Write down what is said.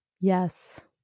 Yes